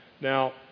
Now